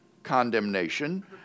condemnation